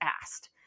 asked